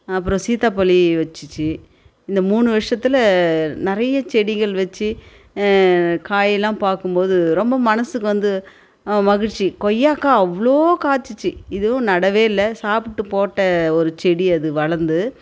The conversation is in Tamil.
அப்புறம் சீத்தாப்பழ வைச்சிச்சி இந்த மூணு வருஷத்தில் நிறைய செடிகள் வைச்சி காய்லாம் பார்க்கும்போது ரொம்ப மனசுக்கு வந்து மகிழ்ச்சி கொய்யாக்காய் அவ்வளோ காய்ச்சிச்சி இதுவும் நடவே இல்லை சாப்பிட்டு போட்ட ஒரு செடி அது வளர்ந்து